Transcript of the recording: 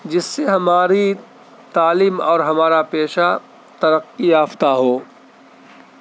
جس سے ہماری تعلیم اور ہمارا پیشہ ترقی یافتہ ہو